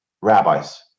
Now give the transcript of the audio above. rabbis